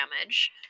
damage